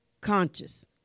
conscious